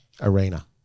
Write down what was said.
arena